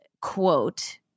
quote